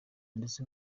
ndetse